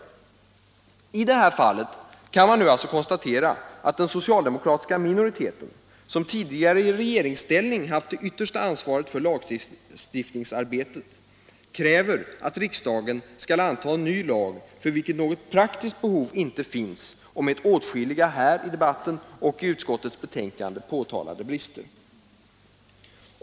I det här fallet kan man alltså konstatera att den socialdemokratiska minoriteten, som tidigare i regeringsställning har haft det yttersta ansvaret för lagstiftningsarbetet, kräver att riksdagen skall anta en ny lag som det inte finns något praktiskt behov av och som har åtskilliga här i debatten och i utskottets betänkande påtalade brister.